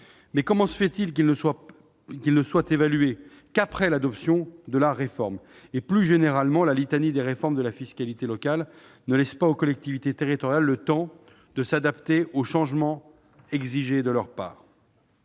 Mais comment se fait-il qu'ils ne soient évalués qu'Plus généralement, la litanie des réformes de la fiscalité locale ne laisse pas aux collectivités territoriales le temps de s'adapter aux changements exigés d'elles.